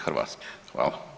Hvala.